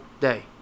day